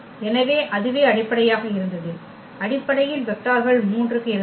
எனவே அதுவே அடிப்படையாக இருந்தது அடிப்படையில் வெக்டார்கள் 3 க்கு இருந்தன